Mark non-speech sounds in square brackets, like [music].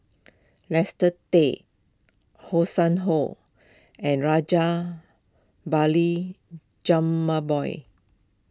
[unintelligible] Tay Hanson Ho and Rajabali Jumabhoy